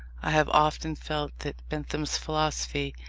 i have often felt that bentham's philosophy,